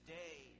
day